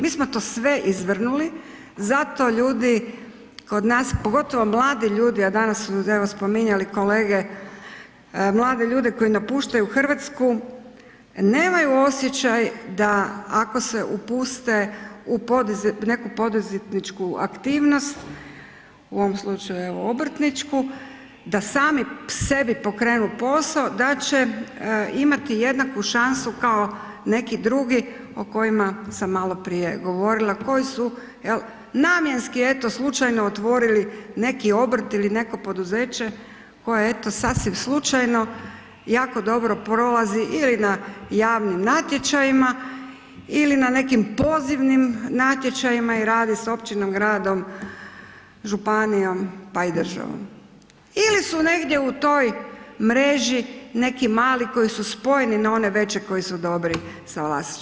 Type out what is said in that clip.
Mi smo to sve izvrnuli, zato ljudi kod nas, pogotovo mladi ljudi, a danas su spominjali kolege mladi ljudi koji napuštaju Hrvatsku nemaju osjećaj da ako se upuste u neku poduzetničku aktivnost u ovom slučaju evo obrtničku, da sami sebi pokrenu posao da će imati jednaku šansu kao neki drugi o kojima sam maloprije govorila, koji su namjenski eto slučajno otvorili neki obrt ili neko poduzeća koje eto sasvim slučajno jako dobro prolazi ili na javnim natječajima ili na nekim pozivnim natječajima i rade s općinom, gradom, županijom pa i državom ili su negdje u toj mreži neki mali koji su spojeni na one veće koji su dobri sa